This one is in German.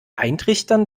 eintrichtern